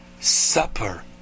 supper